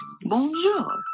Bonjour